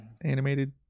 animated